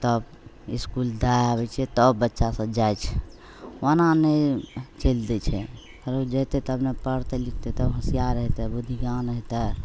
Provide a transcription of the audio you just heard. तब इसकुल दै आबै छिए तब बच्चासभ जाए छै ओना नहि चलि दै छै कहुँ जएतै तब ने पढ़तै लिखतै तब होशिआर हेतै बुधि ज्ञान हेतै